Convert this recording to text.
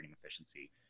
efficiency